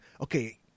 okay